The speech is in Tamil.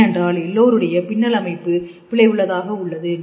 ஏனென்றால் எல்லோருடைய பின்னல் அமைப்பு பிழை உள்ளதாக உள்ளது